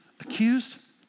accused